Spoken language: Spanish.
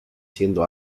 siendo